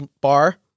bar